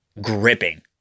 gripping